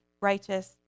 righteous